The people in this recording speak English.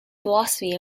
philosophy